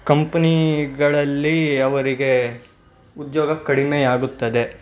ಕಂಪ್ನಿಗಳಲ್ಲಿ ಅವರಿಗೆ ಉದ್ಯೋಗ ಕಡಿಮೆ ಆಗುತ್ತದೆ